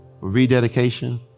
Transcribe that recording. rededication